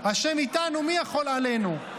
ה' איתנו, מי יכול עלינו?